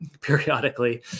periodically